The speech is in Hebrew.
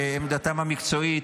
יכול להיות שמעמדתם המקצועית,